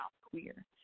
Queer